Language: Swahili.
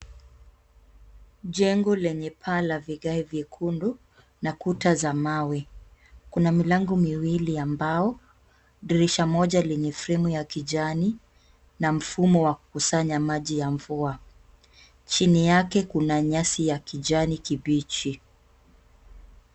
Jengo lenye paa la vigae vyekundu na kuta za mawe. Kuna milango miwili ya mbao, dirisha moja lenye fremu ya kijani na mfumo wa kukusanya maji ya mvua. Chini yake kuna nyasi ya kijani kibichi.